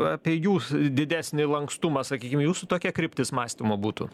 apie jų didesnį lankstumą sakykim jūsų tokia kryptis mąstymo būtų